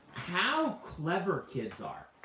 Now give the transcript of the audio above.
how clever kids are,